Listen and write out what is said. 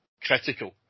critical